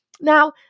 now